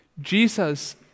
Jesus